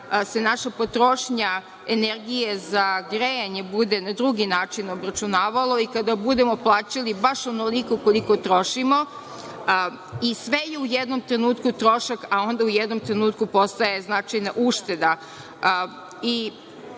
se naša potrošnja energije za grejanje bude na drugi način obračunavalo i kada budemo plaćali baš onoliko koliko trošimo. Sve je u jednom trenutku trošak, a u jednom trenutku postaje značajna ušteda. Mislim